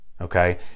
Okay